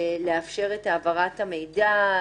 לאפשר את העברת המידע.